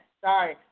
Sorry